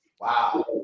Wow